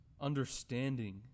understanding